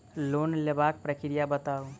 Loan लेबाक प्रक्रिया बताऊ?